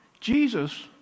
Jesus